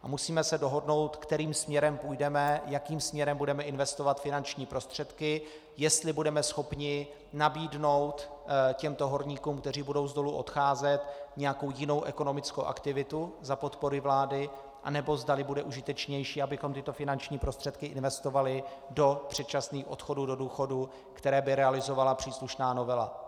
Musíme se dohodnout, kterým směrem půjdeme, jakým směrem budeme investovat finanční prostředky, jestli budeme schopni nabídnout těmto horníkům, kteří budou z dolů odcházet, nějakou jinou ekonomickou aktivitu za podpory vlády, anebo zdali bude užitečnější, abychom tyto finanční prostředky investovali do předčasných odchodů do důchodu, které by realizovala příslušná novela.